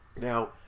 Now